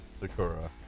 Sakura